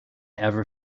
ever